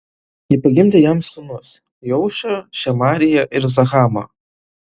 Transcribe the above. ji pagimdė jam sūnus jeušą šemariją ir zahamą